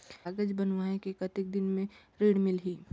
कागज बनवाय के कतेक दिन मे ऋण मिलही?